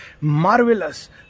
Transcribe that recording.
marvelous